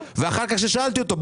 ואחר כך כששאלתי אותו,